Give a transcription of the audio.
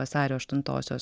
vasario aštuntosios